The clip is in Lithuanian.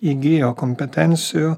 įgijo kompetencijų